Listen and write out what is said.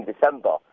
December